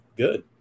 Good